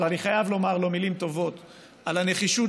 אבל אני חייב לומר לו מילים טובות על הנחישות